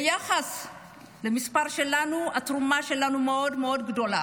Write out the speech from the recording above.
ביחס למספר שלנו התרומה שלנו היא מאוד מאוד גדולה.